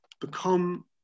become